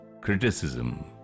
criticism